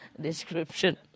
description